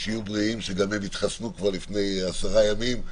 גם הם התחסנו כבר לפני עשרה ימים,